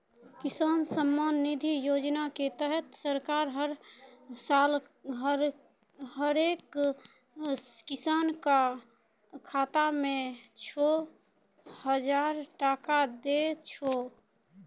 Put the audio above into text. किसान सम्मान निधि योजना के तहत सरकार हर साल हरेक किसान कॅ खाता मॅ छो हजार टका दै छै